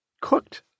cooked